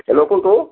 hello কোনটো